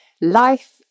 life